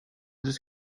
just